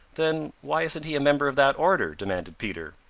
then why isn't he a member of that order? demanded peter.